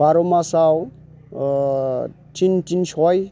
बार' मासाव थिन थिन सय